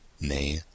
nay